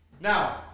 Now